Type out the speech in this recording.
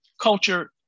culture